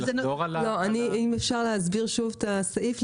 אם אפשר להסביר שוב את הסעיף.